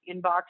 inbox